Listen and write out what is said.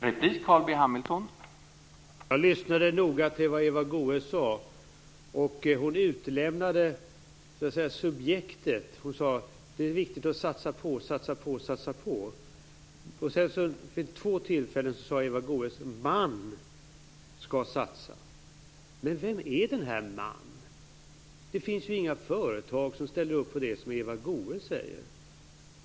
Herr talman! Jag lyssnade noga till vad Eva Goës sade. Hon utelämnade subjektet och sade: Det är viktigt att satsa på. Vid två tillfällen sade Eva Goës: Man skall satsa. Men vem är den här man? Det finns ju inga företag som ställer upp på det som Eva Goës säger.